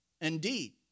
Indeed